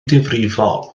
difrifol